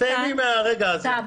אז תיהני מהרגע הזה.